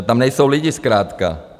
Tam nejsou lidi zkrátka.